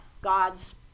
God's